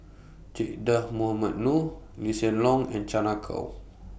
Che Dah Mohamed Noor Lee Hsien Loong and Chan Ah Kow